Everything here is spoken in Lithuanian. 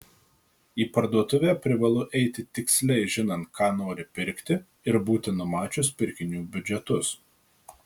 į parduotuvę privalu eiti tiksliai žinant ką nori pirkti ir būti numačius pirkinių biudžetus